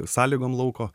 sąlygom lauko